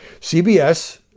CBS